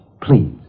Please